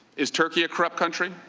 is turkey a corrupt country?